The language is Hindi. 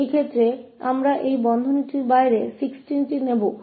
इस मामले में हम इस ब्रैकेट के बाहर 16 लेंगे